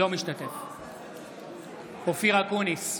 אינו משתתף בהצבעה אופיר אקוניס,